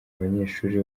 abanyeshuri